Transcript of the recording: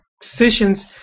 decisions